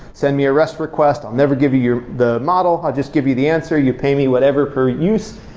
send me a rest request, i'll never give you you the model, i'll just give you the answer, you pay me whatever per use.